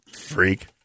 Freak